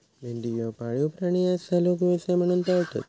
मेंढी ह्यो पाळीव प्राणी आसा, लोक व्यवसाय म्हणून पाळतत